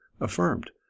affirmed